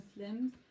Muslims